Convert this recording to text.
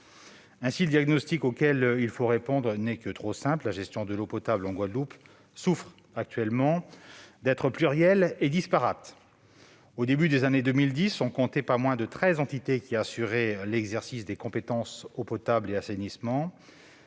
Ainsi, le diagnostic auquel il faut répondre n'est que trop simple : la gestion de l'eau potable en Guadeloupe souffre actuellement d'être plurielle et disparate. Au début des années 2010, pas moins de treize entités assuraient l'exercice des compétences « eau potable » et « assainissement